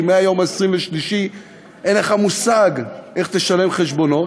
כי מהיום ה-23 אין לך מושג איך תשלם חשבונות,